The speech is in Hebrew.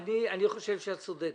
אני חושב שאת צודקת,